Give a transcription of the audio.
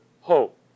hope